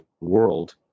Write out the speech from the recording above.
world